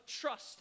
trust